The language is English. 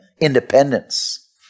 independence